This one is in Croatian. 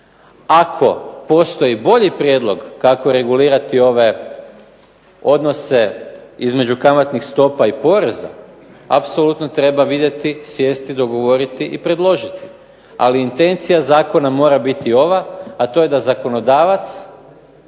Ako postoji bolji prijedlog kako regulirati ove odnose između kamatnih stopa i poreza, apsolutno treba vidjeti, sjesti, dogovoriti i predložiti, ali intencija zakona mora biti ova, a to je da zakonodavac